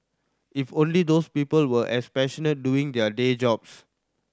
if only those people were as passionate doing their day jobs